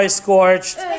scorched